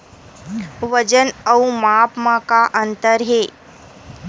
वजन अउ माप म का अंतर हे?